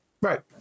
Right